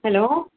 hello